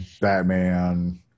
Batman